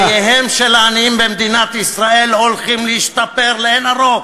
חייהם של העניים במדינת ישראל הולכים להשתפר לאין ערוך.